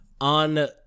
on